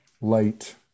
light